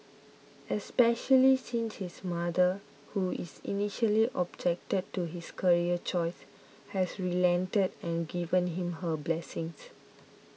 especially since his mother who is initially objected to his career choice has relented and given him her blessings